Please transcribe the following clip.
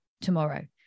tomorrow